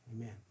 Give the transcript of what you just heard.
amen